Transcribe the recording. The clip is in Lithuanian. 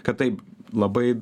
kad taip labai